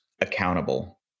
accountable